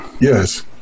Yes